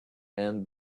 and